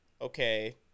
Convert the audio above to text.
okay